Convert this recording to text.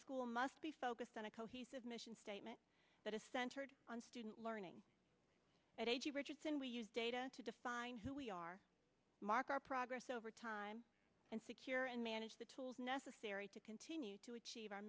school must be focused on a cohesive mission statement that is centered on student learning at a g richardson we use data to define who we are mark our progress over time and secure and manage the tools necessary to continue to achieve our